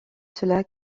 cela